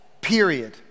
period